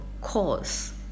cause